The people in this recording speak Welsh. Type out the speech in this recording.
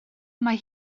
mae